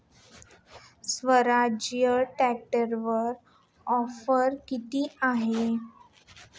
स्वराज्य ट्रॅक्टरवर ऑफर किती आहे?